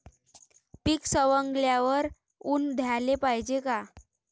पीक सवंगल्यावर ऊन द्याले पायजे का?